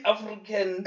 African